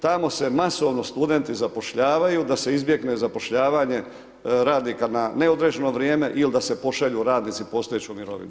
Tamo se masovno studenti zapošljavaju da se izbjegne zapošljavanje radnika na neodređeno vrijeme ili da se pošalju radnici u postojeću mirovinu.